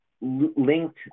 linked